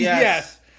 Yes